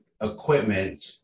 equipment